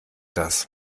das